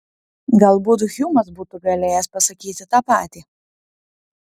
galbūt hjumas būtų galėjęs pasakyti tą patį